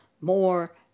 more